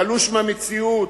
התלוש מהמציאות,